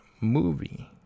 movie